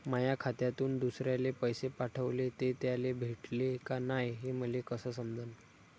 माया खात्यातून दुसऱ्याले पैसे पाठवले, ते त्याले भेटले का नाय हे मले कस समजन?